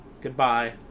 goodbye